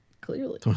Clearly